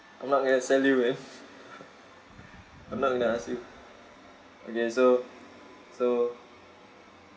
I'm not going to sell you man I'm not going to ask you okay so so